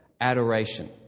adoration